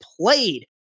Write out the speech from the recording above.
played